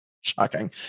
Shocking